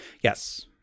Yes